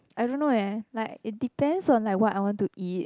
I don't know leh like it depends on like what I want to eat